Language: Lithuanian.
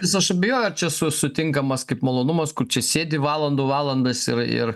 vis aš abejoju ar čia su sutinkamas kaip malonumas kur čia sėdi valandų valandas ir ir